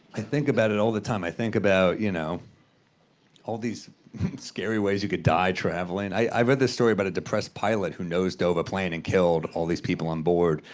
i think about it all the time. i think about you know all these scary ways you could die traveling. i read this story about a depressed pilot who nose-dove a plane and killed all these people on-board,